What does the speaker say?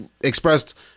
expressed